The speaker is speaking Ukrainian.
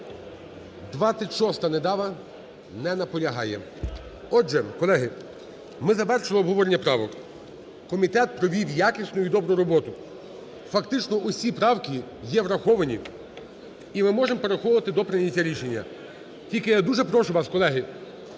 26-а, Недава. Не наполягає. Отже, колеги, ми завершили обговорення правок. Комітет провів якісну і добру роботу. Фактично всі правки є враховані і ми можемо переходити до прийняття рішення. Тільки я дуже прошу вас, колеги,